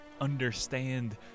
understand